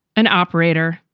an operator,